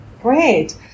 Great